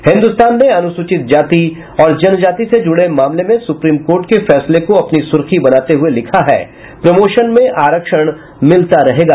हिन्दुस्तान ने अनुसूचित जाति और जनजाति से जुड़े मामले में सुप्रीम कोर्ट के फैसले को अपनी सुर्खी बनाते हुये लिखा है प्रमोशन में आरक्षण मिलता रहेगा